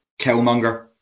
Killmonger